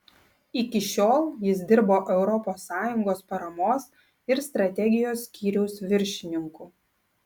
iki šiol jis dirbo europos sąjungos paramos ir strategijos skyriaus viršininku